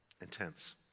intense